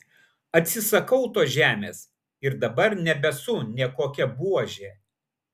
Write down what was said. atsisakau tos žemės ir dabar nebesu nė kokia buožė